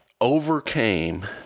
overcame –